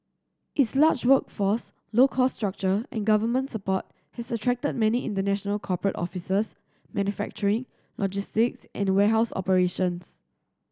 its large workforce low cost structure and government support has attracted many international corporate offices manufacturing logistics and warehouse operations